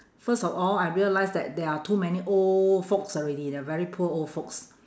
first of all I realise that there are too many old folks already they are very poor old folks